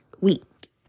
week